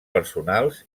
personals